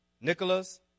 Nicholas